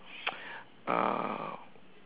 uh